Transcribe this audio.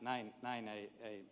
näin ei menetellä